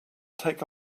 take